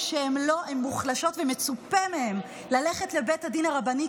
מכיוון שהן מוחלשות ומצופה מהן ללכת לבית הדין הרבני,